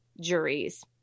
juries